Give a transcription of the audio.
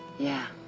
yeah.